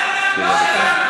אל-ברכה, לא אל-נכבה.